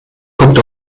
kommt